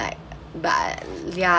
like but yeah